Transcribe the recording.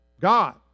God